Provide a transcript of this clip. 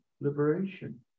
liberation